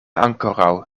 ankoraŭ